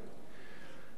לדוד בן-גוריון,